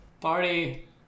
Party